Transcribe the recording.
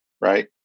right